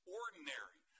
ordinary